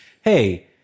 hey